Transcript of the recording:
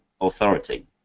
authority